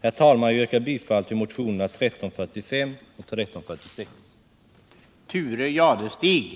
Herr talman! Jag yrkar bifall till motionerna 1345 och 1346.